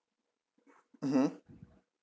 mmhmm